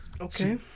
Okay